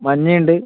മഞ്ഞയുണ്ട്